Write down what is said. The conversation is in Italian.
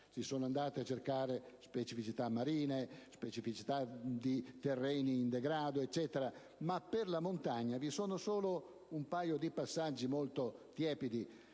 Si sono andate a cercare specificità marine, specificità di terreni in degrado, ma per la montagna vi sono un paio di passaggi molto tiepidi.